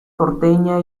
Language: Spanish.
porteña